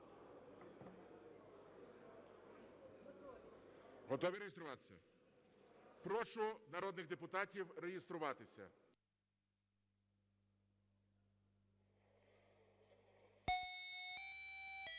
Готові реєструватися? Прошу народних депутатів реєструватися.